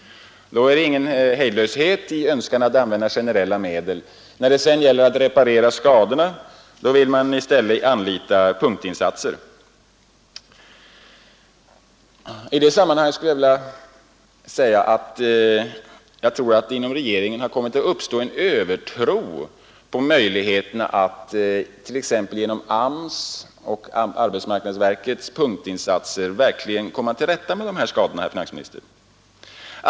Då är det ingen hejd på önskan att använda generella medel. När det sedan gäller att reparera skadorna tar man i stället till punktinsatser. Det har inom regeringen uppstått en övertro på möjligheterna att t.ex. genom AMS och dess punktinsatser komma till rätta med dessa skador.